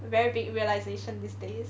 very big realisation these days